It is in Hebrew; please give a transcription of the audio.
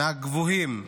מהגבוהים במדינה.